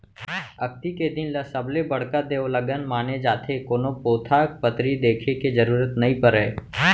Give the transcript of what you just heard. अक्ती के दिन ल सबले बड़का देवलगन माने जाथे, कोनो पोथा पतरी देखे के जरूरत नइ परय